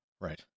Right